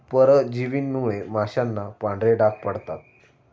परजीवींमुळे माशांना पांढरे डाग पडतात